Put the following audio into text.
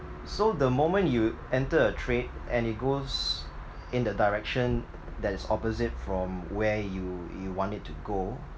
so the moment you enter a trade and it goes in the direction that is opposite from where you you want it to go